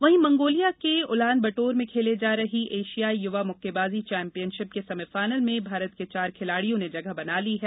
वहीं मंगोलिया के Ulaanbaatar में खेले जा रही एशियाई युवा मुक्केबाजी चैम्पियनशिप के सेमिफायनल में भारत के चार खिलाड़ियों ने जगह बना ली है